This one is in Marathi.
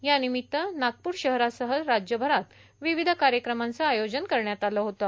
यानिमित्त नागपूर शहरासह राज्यभरात विविध कार्यक्रमांचं आयोजन करण्यात आलं होतं